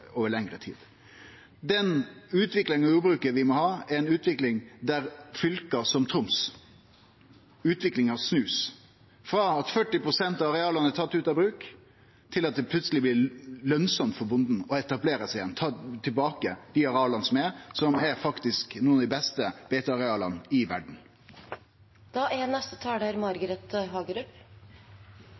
over lengre tid. Vi må ha ei utvikling i jordbruket der utviklinga i fylke som Troms, blir snudd, frå at 40 pst. av areala er tatt ut av bruk, til at det plutseleg blir lønsamt for bonden å etablere seg igjen, ta tilbake dei areala som er, som faktisk er nokre av dei beste beiteareala i